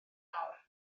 nawr